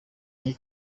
nke